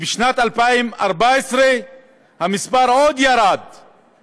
בשנת 2014 המספר ירד עוד,